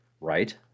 right